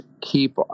keep